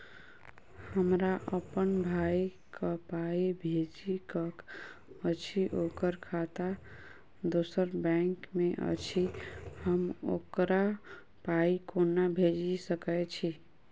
हमरा अप्पन भाई कऽ पाई भेजि कऽ अछि, ओकर खाता दोसर बैंक मे अछि, हम ओकरा पाई कोना भेजि सकय छी?